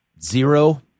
zero